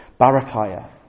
Barakiah